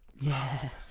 Yes